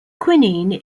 quinine